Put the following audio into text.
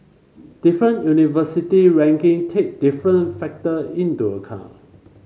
different university ranking take different factor into account